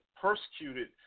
persecuted